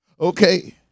Okay